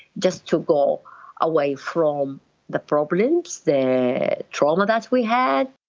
just to go away from the problems, the trauma that we had.